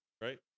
right